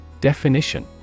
Definition